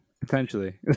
potentially